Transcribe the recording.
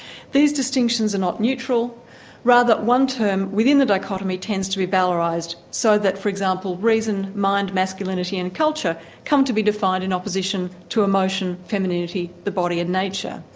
these distinctions are not neutral rather one term within the dichotomy tends to be valourised, so that for example, reason, mind, masculinity and culture come to be defined in opposition to emotion, femininity, the body and nature.